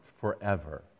forever